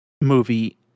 movie